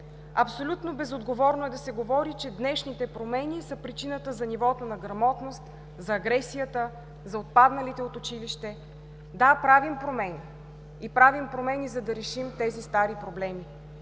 Абсолютно безотговорно е да се говори, че днешните промени са причината за нивото на грамотност, за агресията, за отпадналите от училище. Да, правим промени, и правим промени, за да решим тези стари проблеми.